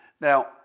Now